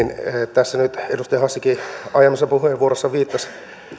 tässä nyt edustaja hassikin aiemmassa puheenvuorossaan viittasi